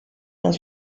dans